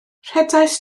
rhedais